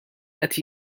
qed